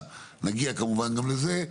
נגיע כמובן גם לזה,